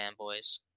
fanboys